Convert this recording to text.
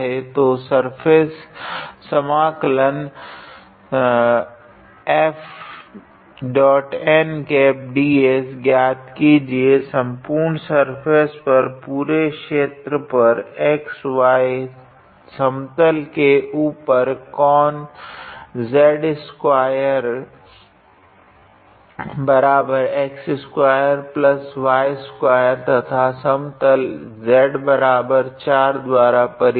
तो सर्फेस समाकलन ज्ञात कीजिए सपूर्ण सर्फेस पर पुरे क्षेत्र पर xy समतल के ऊपर कोन z2x2y2 तथा समतल z4 द्वारा परिबद्ध